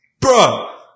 Bro